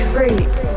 Fruits